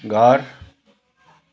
घर